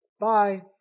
Bye